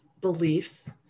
beliefs